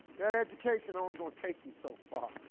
that education only gonna take you so far.